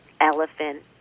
elephant